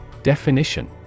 Definition